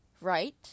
right